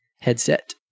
headset